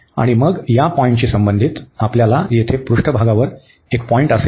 आणि मग या पॉईंटशी संबंधित आपल्यास येथे पृष्ठभागावर एक पॉईंटअसेल